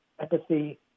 empathy